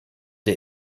der